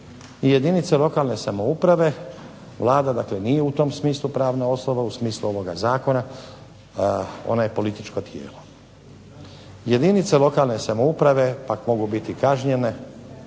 jedinice lokalne samouprave, Vlada dakle nije u tom smislu pravna osoba u smislu ovog zakona, ona je političko tijelo. Jedinica lokalne samouprave pak mogu biti kažnjene